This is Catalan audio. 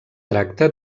tracta